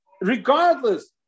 regardless